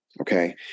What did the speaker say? Okay